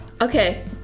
Okay